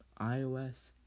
iOS